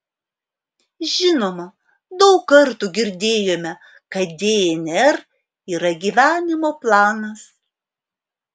žinoma daug kartų girdėjome kad dnr yra gyvenimo planas